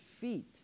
feet